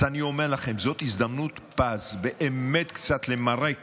אז אני אומר לכם, זאת הזדמנות פז באמת קצת למרק